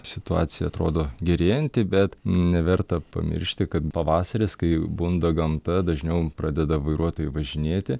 situacija atrodo gerėjanti bet neverta pamiršti kad pavasaris kai bunda gamta dažniau pradeda vairuotojai važinėti